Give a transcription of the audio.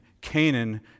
Canaan